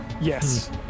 Yes